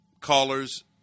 callers